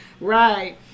Right